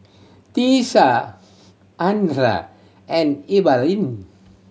Tiesha Andrea and Evalyn